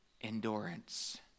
endurance